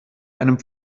einem